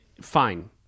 Fine